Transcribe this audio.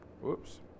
Whoops